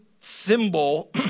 symbol